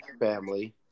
family